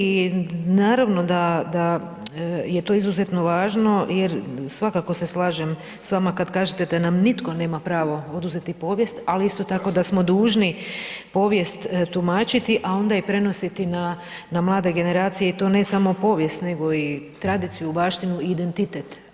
I naravno da je to izuzetno važno jer svakako se slažem s vama kad kažete da nam nitko nema pravo oduzeti povijest ali isto tako da smo dužni povijest tumačiti a onda i prenositi na mlade generacije i to ne samo povijest nego i tradiciju, baštinu i identitet.